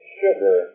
sugar